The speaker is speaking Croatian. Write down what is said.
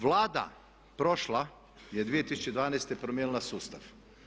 Vlada prošla je 2012. promijenila sustav.